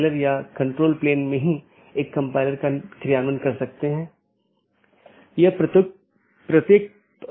BGP को एक एकल AS के भीतर सभी वक्ताओं की आवश्यकता होती है जिन्होंने IGBP कनेक्शनों को पूरी तरह से ठीक कर लिया है